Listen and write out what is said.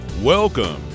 Welcome